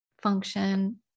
function